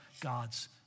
God's